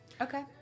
Okay